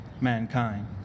mankind